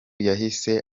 yahise